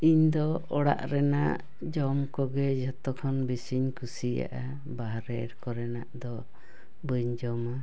ᱤᱧ ᱫᱚ ᱚᱲᱟᱜ ᱨᱮᱱᱟᱜ ᱡᱚᱢ ᱠᱚᱜᱮ ᱡᱚᱛᱚ ᱠᱷᱚᱱ ᱵᱮᱥᱤᱧ ᱠᱩᱥᱤᱭᱟᱜᱼᱟ ᱵᱟᱨᱦᱮ ᱠᱚᱨᱮᱱᱟᱜ ᱫᱚ ᱵᱟᱹᱧ ᱡᱚᱢᱟ